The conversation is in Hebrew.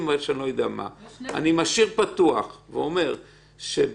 ואפילו ב-DNA יש אפילו דגימות מסוג מסוים שגם הן